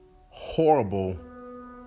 horrible